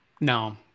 No